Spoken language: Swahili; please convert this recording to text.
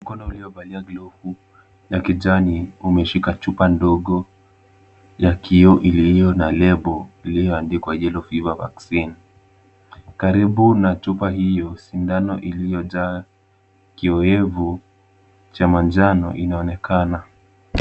Mkono uliovalia gluvu ya kijani umeshika chupa ndogo ya kioo iliyo na lebo iliyoandikwa yellow fever vaccine . Karibu na chupa hiyo, sindano iliyojaa kioevu cha manjano inaonekana.